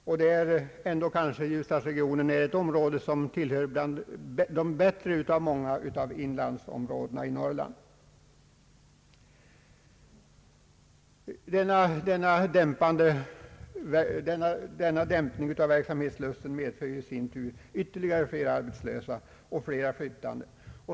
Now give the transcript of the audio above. Ändå är kanske ljusdalsområdet ett av de mer gynnade inlandsområdena i Norrland i detta avseende. Denna dämpning av verksamhetslusten innebär i sin tur ytterligare flera arbetslösa och flera som flyttar.